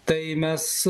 tai mes